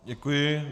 Děkuji.